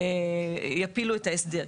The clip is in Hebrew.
יפילו את ההסדר.